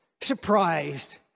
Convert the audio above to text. surprised